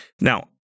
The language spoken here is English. Now